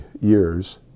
years